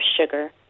sugar